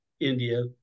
India